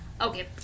okay